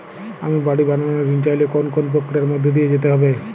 আমি বাড়ি বানানোর ঋণ চাইলে কোন কোন প্রক্রিয়ার মধ্যে দিয়ে যেতে হবে?